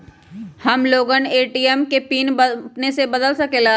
हम लोगन ए.टी.एम के पिन अपने से बदल सकेला?